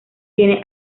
tiene